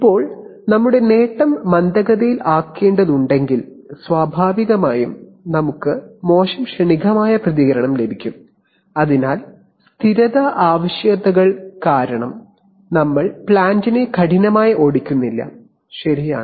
ഇപ്പോൾ gain മന്ദഗതിയിലാക്കേണ്ടതുണ്ടെങ്കിൽ സ്വാഭാവികമായും മോശം ക്ഷണികമായ പ്രതികരണം ലഭിക്കും അതിനാൽ സ്ഥിരത ആവശ്യകതകൾ കാരണം ഞങ്ങൾ പ്ലാന്റിനെ കഠിനമായി ഓടിക്കുന്നില്ല ശരിയാണ്